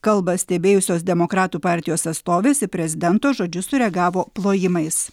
kalbą stebėjusios demokratų partijos atstovės į prezidento žodžius sureagavo plojimais